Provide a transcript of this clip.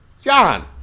John